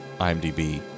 IMDb